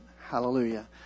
hallelujah